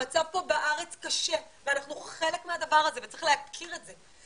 המצב פה בארץ קשה ואנחנו חלק מהדבר הזה וצריך להכיר את זה,